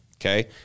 Okay